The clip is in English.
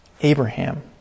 Abraham